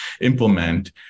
implement